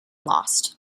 lost